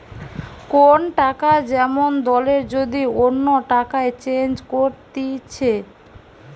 কোন টাকা যেমন দলের যদি অন্য টাকায় চেঞ্জ করতিছে